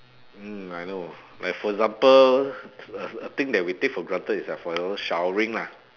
mm I know like for example a a thing that we take for granted is like forever showering lah